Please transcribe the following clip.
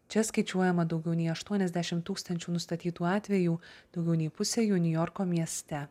čia skaičiuojama daugiau nei aštuoniasdešimt tūkstančių nustatytų atvejų daugiau nei pusė jų niujorko mieste